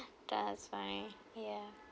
that's fine ya